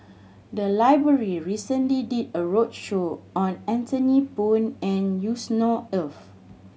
the library recently did a roadshow on Anthony Poon and Yusnor Ef